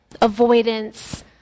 avoidance